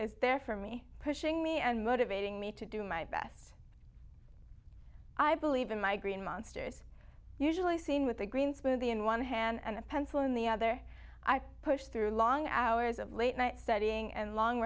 is there for me pushing me and motivating me to do my best i believe in my green monster is usually seen with a green smoothie in one hand and a pencil in the other i push through long hours of late night studying and long